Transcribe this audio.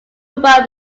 cuban